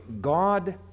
God